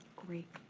great,